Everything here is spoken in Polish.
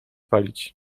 palić